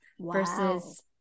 versus